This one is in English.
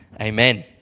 Amen